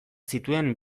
zituen